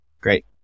Great